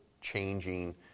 changing